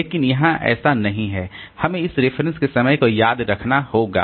लेकिन यहां ऐसा नहीं है हमें इस रेफरेंस के समय को याद रखना होगा